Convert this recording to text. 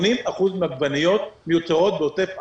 80% מן העגבניות מיוצרות בעוטף עזה,